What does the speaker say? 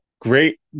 great